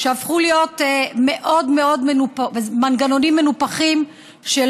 שהפכו להיות מנגנונים מנופחים מאוד,